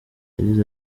yagize